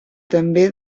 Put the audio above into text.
també